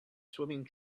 swimming